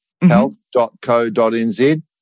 health.co.nz